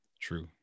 True